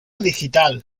digital